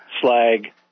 slag